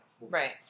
Right